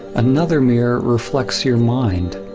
another mirror reflects your mind,